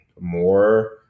more